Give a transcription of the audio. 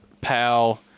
pal